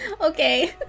Okay